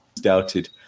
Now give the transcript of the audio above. doubted